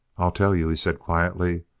i'll tell you, he said quietly.